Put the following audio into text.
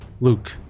Luke